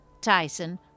Tyson